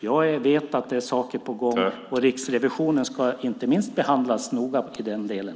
Jag vet att det är saker på gång, och inte minst Riksrevisionen ska behandlas noggrant i den delen.